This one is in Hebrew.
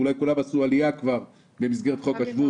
אולי כולם עשו כבר עלייה במסגרת חוק השבות.